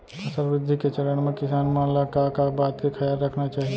फसल वृद्धि के चरण म किसान मन ला का का बात के खयाल रखना चाही?